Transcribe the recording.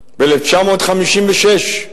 ב-1956,